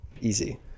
Easy